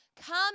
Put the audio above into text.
Come